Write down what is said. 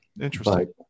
Interesting